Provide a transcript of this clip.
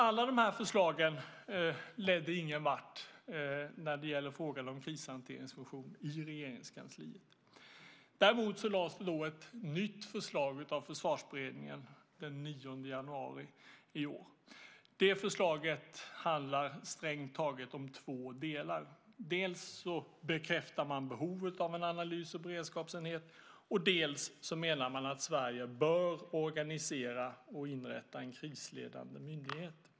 Alla de här förslagen ledde ingenvart när det gäller frågan om krishanteringsfunktion i Regeringskansliet. Däremot lades ett nytt förslag fram av Försvarsberedningen den 9 januari i år. Det förslaget handlar strängt taget om två delar. Dels bekräftar man behovet av en analys och beredskapsenhet, dels menar man att Sverige bör organisera och inrätta en krisledande myndighet.